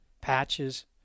patches